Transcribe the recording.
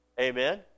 Amen